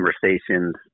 conversations